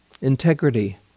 integrity